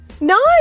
No